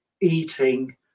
eating